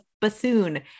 bassoon